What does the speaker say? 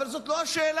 אבל זאת לא השאלה.